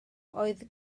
oedd